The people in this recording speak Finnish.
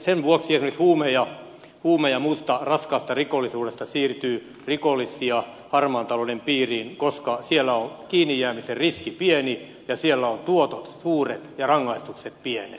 sen vuoksi esimerkiksi huume ja muusta raskaasta rikollisuudesta siirtyy rikollisia harmaan talouden piiriin koska siellä on kiinnijäämisen riski pieni ja siellä ovat tuotot suuret ja rangaistukset pienet